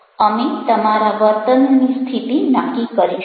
અમે તમારા વર્તનની સ્થિતિ નક્કી કરીશું